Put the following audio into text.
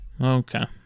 okay